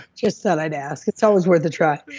just thought i'd ask. it's always worth a try.